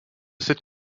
cette